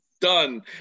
Done